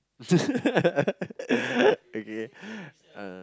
okay uh